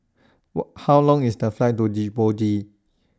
How Long IS The Flight to Djibouti